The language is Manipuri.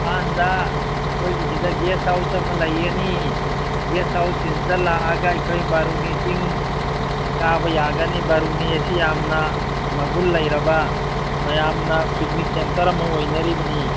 ꯏꯝꯐꯥꯜꯗ ꯑꯩꯈꯣꯏꯒꯤ ꯁꯤꯗ ꯒꯦꯁ ꯍꯥꯎꯁ ꯑꯃ ꯂꯩꯒꯅꯤ ꯒꯦꯁ ꯍꯥꯎꯁ ꯁꯤꯗ ꯂꯥꯛꯑꯒ ꯑꯩꯈꯣꯏ ꯕꯥꯔꯨꯅꯤ ꯆꯤꯡ ꯀꯥꯕ ꯌꯥꯒꯅꯤ ꯕꯥꯔꯨꯅꯤ ꯑꯁꯤ ꯌꯥꯝꯅ ꯃꯒꯨꯟ ꯂꯩꯔꯕ ꯃꯌꯥꯝꯅ ꯄꯤꯛꯅꯤꯛ ꯁꯦꯟꯇꯔ ꯑꯃ ꯑꯣꯏꯅꯔꯤꯕꯅꯤ